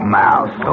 mouse